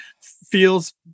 feels